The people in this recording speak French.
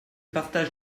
partage